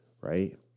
right